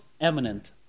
eminent